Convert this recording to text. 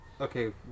okay